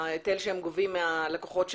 ההיטל שהם גובים מן הלקוחות שלהם.